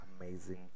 amazing